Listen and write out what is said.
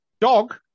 dog